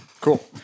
cool